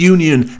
Union